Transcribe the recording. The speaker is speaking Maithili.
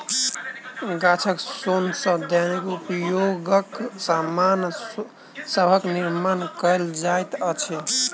गाछक सोन सॅ दैनिक उपयोगक सामान सभक निर्माण कयल जाइत अछि